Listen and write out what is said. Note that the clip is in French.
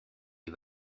les